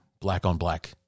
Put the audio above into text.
black-on-black